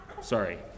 sorry